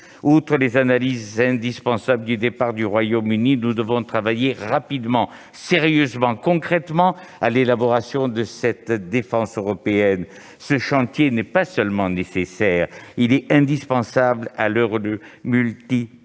cela, s'il est indispensable d'analyser le départ du Royaume-Uni, nous devons travailler rapidement, sérieusement, concrètement à l'élaboration de cette défense européenne. Ce chantier n'est pas seulement nécessaire : il est incontournable à l'heure où le multilatéralisme